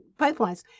pipelines